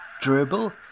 Dribble